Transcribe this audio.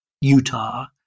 Utah